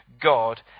God